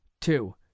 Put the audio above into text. Two